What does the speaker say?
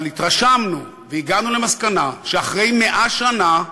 אבל התרשמנו והגענו למסקנה שאחרי 100 שנה,